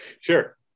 Sure